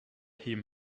him